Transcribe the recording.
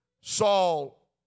Saul